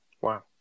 Wow